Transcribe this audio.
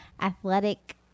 athletic